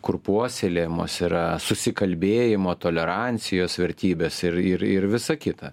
kur puoselėjamos yra susikalbėjimo tolerancijos vertybės ir ir ir visa kita